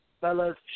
Fellas